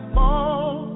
fall